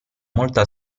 molta